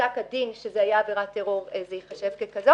מפסק הדין שזו עבירות טרור, היא אכן תיחשב ככזאת,